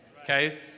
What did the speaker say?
okay